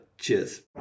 cheers